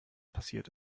passiert